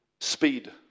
speed